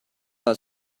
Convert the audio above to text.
are